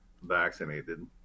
vaccinated